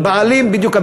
בדיוק,